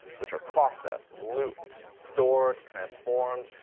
which are processed, looped, stored, transformed,